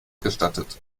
gestattet